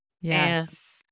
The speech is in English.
Yes